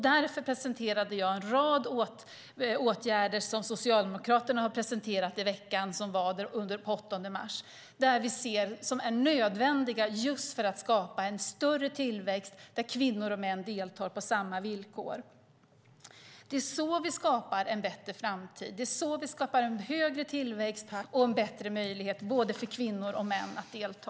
Därför föreslog jag en rad åtgärder som Socialdemokraterna presenterade i veckan som var, den 8 mars, som är nödvändiga just för att skapa en större tillväxt där kvinnor och män deltar på lika villkor. Det är så vi skapar en bättre framtid. Det är så vi skapar en högre tillväxt och en bättre möjlighet för både kvinnor och män att delta.